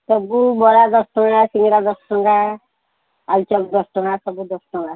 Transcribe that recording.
ସବୁ ବରା ଦଶ ଟଙ୍କା ସିଙ୍ଗଡ଼ା ଦଶ ଟଙ୍କା ଆଳୁଚପ ଦଶ ଟଙ୍କା ସବୁ ଦଶ ଟଙ୍କା